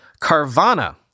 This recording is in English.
Carvana